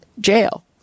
jail